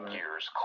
Gears